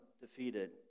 defeated